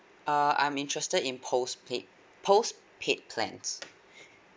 err I'm interested in postpaid postpaid plans